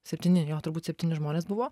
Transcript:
septyni jo turbūt septyni žmonės buvo